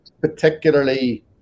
particularly